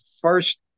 first